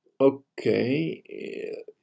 Okay